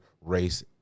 race